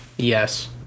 Yes